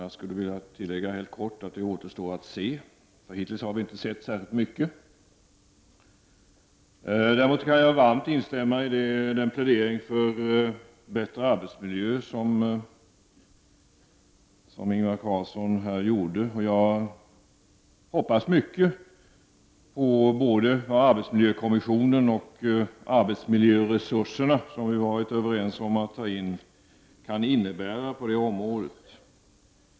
Jag skulle kortfattat vilja tillägga att det återstår att se. Hittills har vi nämligen inte sett särskilt mycket. Däremot kan jag varmt instämma i den plädering för bättre arbetsmiljöer som Ingvar Carlsson gjorde. Jag hoppas mycket på vad både arbetsmiljökommissionen och arbetsmiljöresurserna, som vi har varit överens om att ta in, kan innebära på detta område.